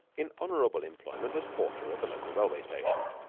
in honorable employment as porter at the local railway-station.